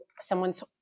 someone's